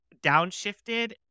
downshifted